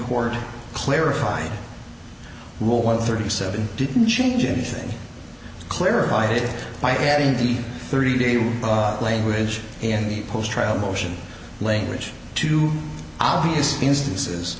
court clarified rule one thirty seven didn't change anything clarified it by adding the thirty day you language in the post trial motion langridge two obvious instances